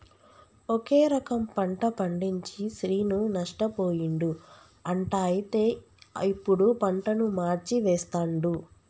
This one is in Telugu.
ఒకే రకం పంట పండించి శ్రీను నష్టపోయిండు అంట అయితే ఇప్పుడు పంటను మార్చి వేస్తండు